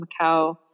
Macau